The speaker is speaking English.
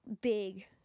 big